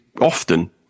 often